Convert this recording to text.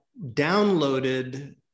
downloaded